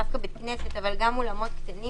ד"ר פרייס, את לא עושה סגר